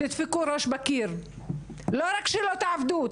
תדפקו את הראש בקיר; לא רק שלא תעבדו,